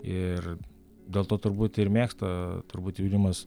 ir dėl to turbūt ir mėgsta turbūt jaunimas